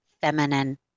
feminine